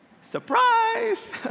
Surprise